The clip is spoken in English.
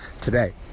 today